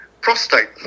prostate